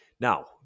Now